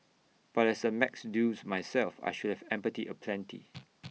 but as A maths dunce myself I should have empathy aplenty